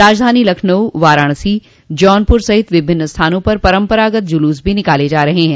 राजधानी लखनऊ वाराणसी जौनपुर सहित विभिन्न स्थानों पर परम्परागत जुलूस भी निकाले जा रहे हैं